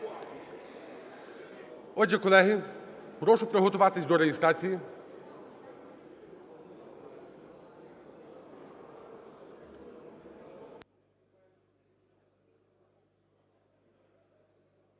Отже, колеги прошу приготуватись до реєстрації.